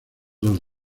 dos